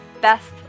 best